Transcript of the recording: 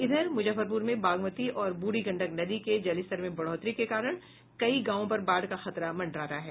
इधर मुजफ्फरपुर में बागमती और ब्रढ़ी गंडक नदी के जलस्तर में बढ़ोतरी के कारण कई गांवों पर बाढ़ का खतरा मंडरा रहा है